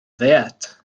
ddiet